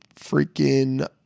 freaking